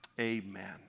Amen